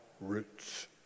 roots